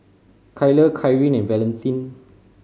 Kyla Karyn and Valentin